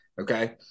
Okay